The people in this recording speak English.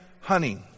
honey